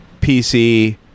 PC